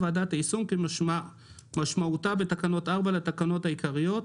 "ועדת היישום" כמשמעותה בתקנה 4 לתקנות העיקריות.